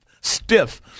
stiff